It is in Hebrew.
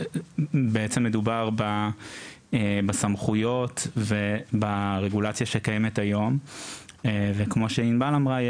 בעצם מדובר בסמכויות וברגולציה שקיימת היום וכמו שענבל אמרה,